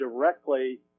directly